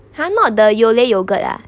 ha not the Yole yogurt ah